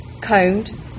combed